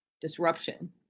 disruption